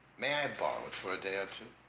may i borrow it for a day or two?